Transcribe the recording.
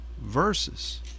verses